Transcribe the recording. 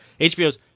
HBO's